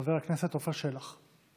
חבר הכנסת עפר שלח.